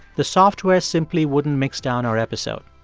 the software simply wouldn't mix down our episode.